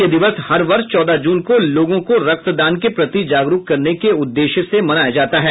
यह दिवस हर वर्ष चौदह जून को लोगों को रक्तदान के प्रति जागरूक करने के उद्देश्य से मनाया जाता है